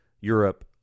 Europe